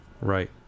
Right